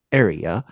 area